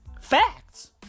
Facts